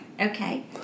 Okay